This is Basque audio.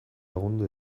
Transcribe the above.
lagundu